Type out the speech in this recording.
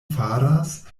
faras